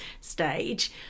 stage